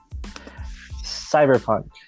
Cyberpunk